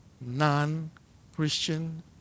non-Christian